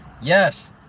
Yes